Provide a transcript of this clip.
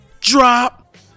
Drop